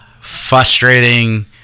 frustrating